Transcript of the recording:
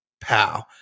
pow